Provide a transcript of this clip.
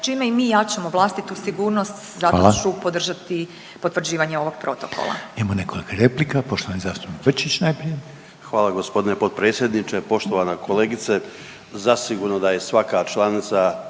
čime i mi jačamo vlastitu sigurnost zato ću podržati potvrđivanje ovog Protokola. **Reiner, Željko (HDZ)** Hvala. Imamo nekoliko replika. Poštovani zastupnik Brčić najprije. **Brčić, Luka (HDZ)** Hvala gospodine potpredsjedniče. Poštovana kolegice, zasigurno da je svaka članica